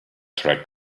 track